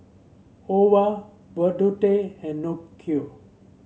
Ova Burdette and Nicki